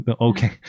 Okay